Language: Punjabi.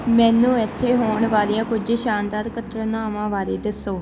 ਮੈਨੂੰ ਇੱਥੇ ਹੋਣ ਵਾਲੀਆਂ ਕੁਝ ਸ਼ਾਨਦਾਰ ਘਟਨਾਵਾਂ ਬਾਰੇ ਦੱਸੋ